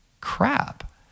crap